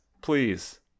please